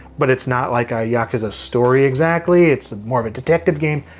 but it's not like a yakuza story exactly. it's more of a detective game.